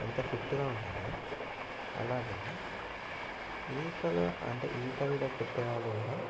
ఎంత ఫీట్గా ఉంటారో అలాగే ఈత అంటే ఈత కూడా కొట్టే వాళ్ళు కూడా